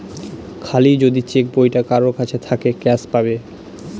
খালি যদি চেক বইটা কারোর কাছে থাকে ক্যাস পাবে